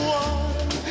one